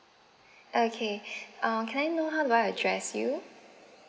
okay uh can I know how do I address you